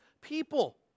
people